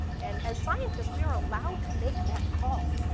and as scientists, we are allowed to make that call.